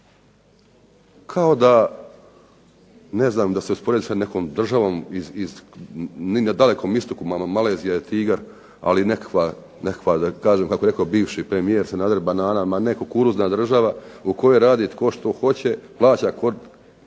Kao da, ne znam da se usporedim sa nekom državom, negdje na dalekom istoku Malezija je tigar, ali nekakva da kažem kako je rekao bivši premijer Sanader banana, ma ne kukuruzna država u kojoj radi tko što hoće, plaća kad